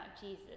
Jesus